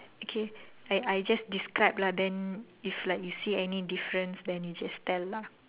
okay I I just describe lah then if like you see any difference then you just tell lah